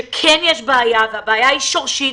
שכן יש בעיה, והבעיה היא שורשית.